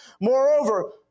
Moreover